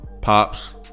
pops